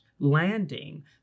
landing